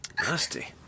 Nasty